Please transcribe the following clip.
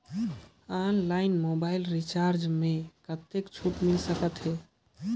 Online mobile recharge मे कतेक छूट मिल सकत हे?